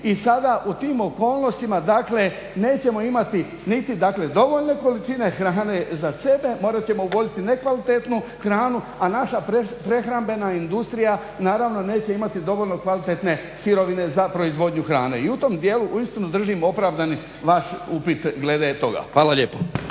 i sada u tim okolnostima dakle nećemo imati niti dakle dovoljne količine hrane za sebe, morat ćemo uvoziti nekvalitetnu hranu, a naša prehrambena industrija naravno neće imati dovoljno kvalitete sirovine za proizvodnju hrane. I u tom dijelu uistinu držim opravdan vaš upit glede toga. Hvala lijepo.